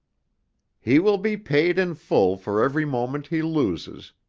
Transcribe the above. he will be paid in full for every moment he loses,